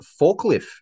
Forklift